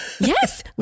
Yes